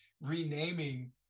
renaming